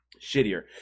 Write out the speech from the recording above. shittier